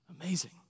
Amazing